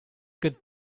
good